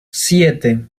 siete